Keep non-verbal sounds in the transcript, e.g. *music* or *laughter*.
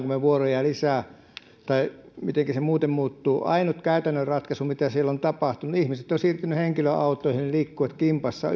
*unintelligible* me vuoroja lisää tai mitenkä se muuten muuttuu ainut käytännön ratkaisu mitä siellä on tapahtunut on että ihmiset ovat siirtyneet henkilöautoihin liikkuvat kimpassa *unintelligible*